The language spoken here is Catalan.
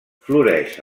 floreix